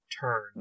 turn